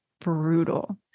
brutal